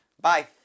Bye